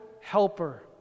helper